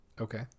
Okay